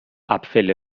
abfälle